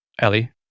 Ellie